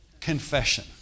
confession